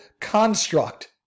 construct